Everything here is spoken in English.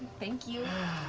thank you.